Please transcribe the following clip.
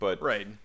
Right